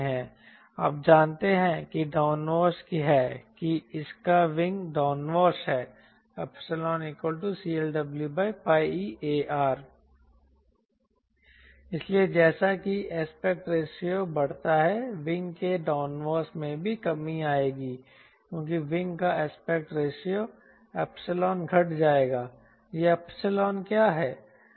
आप जानते हैं कि डाउनवॉश है कि इसका विंग डाउनवॉश है ϵCLWπeAR इसलिए जैसा कि एस्पेक्ट रेशियो बढ़ता है विंग के डाउनवॉश में भी कमी आएगी क्योंकि विंग का एस्पेक्ट रेशियो घट जाएगा यह क्या है